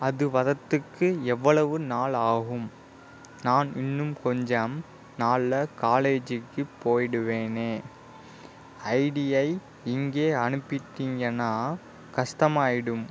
அது வரத்துக்கு எவ்வளவு நாள் ஆகும் நான் இன்னும் கொஞ்சம் நாளில் காலேஜிக்கு போய்விடுவேனே ஐடியை இங்கே அனுப்பிவிட்டீங்கன்னா கஷ்டமாயிடும்